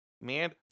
man